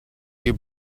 you